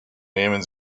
nehmen